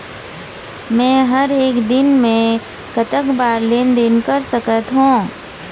मे हर एक दिन मे कतक बार लेन देन कर सकत हों?